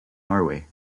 norway